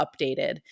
updated